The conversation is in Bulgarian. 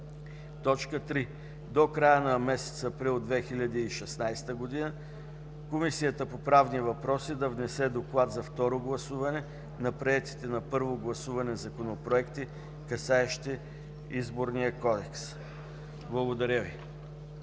3. До края на месец април 2016 г. Комисията по правни въпроси да внесе доклад за второ гласуване на приетите на първо гласуване законопроекти, касаещи Изборния кодекс.” Благодаря Ви.